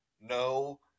No